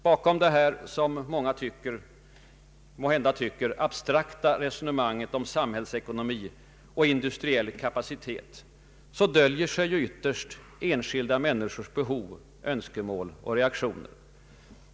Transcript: Bakom mitt, som många måhända tycker, abstrakta resonemang om samhällsekonomi och industriell kapacitet döljer sig ytterst enskilda människors behov, önskemål och reaktioner.